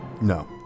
No